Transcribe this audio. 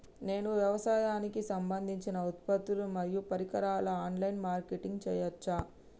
నేను వ్యవసాయానికి సంబంధించిన ఉత్పత్తులు మరియు పరికరాలు ఆన్ లైన్ మార్కెటింగ్ చేయచ్చా?